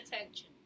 attention